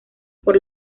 por